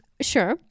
sure